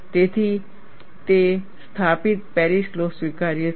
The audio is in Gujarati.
તેથી તે સ્થાપિત પેરિસ લૉ સ્વીકાર્ય છે